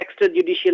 extrajudicial